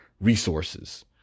resources